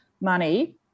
money